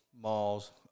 malls